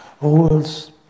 rules